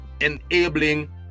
enabling